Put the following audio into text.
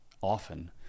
often